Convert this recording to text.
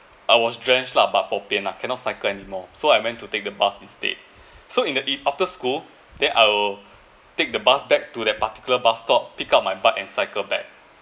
I was drenched lah but bo pian lah cannot cycle anymore so I went to take the bus instead so in the e~ after school then I will take the bus back to that particular bus stop pick up my bike and cycle back